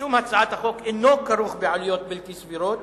יישום הצעת החוק אינו כרוך בעלויות בלתי סבירות